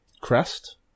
crest